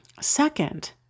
Second